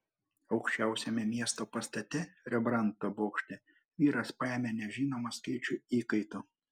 aukščiausiame miesto pastate rembrandto bokšte vyras paėmė nežinomą skaičių įkaitų